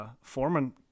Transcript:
Foreman –